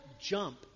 jump